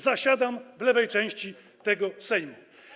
Zasiadam w lewej części tego Sejmu.